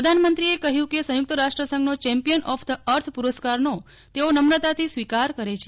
પ્રધાનમંત્રીએ કહ્યું કેસંયુક્ત રાષ્ટ્રસંઘનો ચેમ્પિયન ઓફ ધ અર્થ પુરસ્કારનો તેઓ નમ્રતાથી સ્વીકાર કરે છે